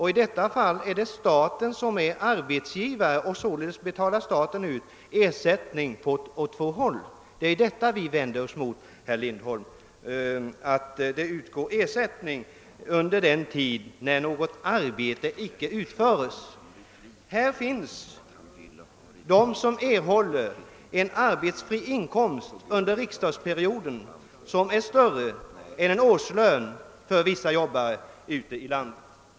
I detta fall är det staten som är arbetsgivare. Sålunda betalar staten ut ersättning åt två håll samtidigt. Det är detta vi vänder oss mot, herr Lindholm, nämligen att det utgår ersättning under den tid då något arbete icke utföres. Här finns de som erhåller en arbetsfri inkomst under riksdagsperioden, som är större än en årslön för vissa jobbare ute i landet.